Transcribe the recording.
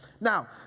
Now